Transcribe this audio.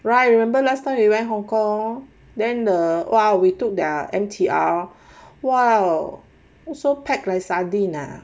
!wah! remember last time we went hong kong then the !wah! we took their M_T_R !wow! so packed like sardine ah